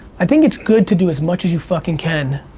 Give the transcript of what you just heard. i think it's good to do as much as you fucking can.